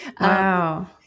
wow